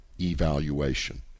evaluation